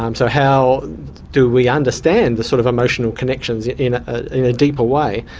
um so how do we understand the sort of emotional connections in a deeper way?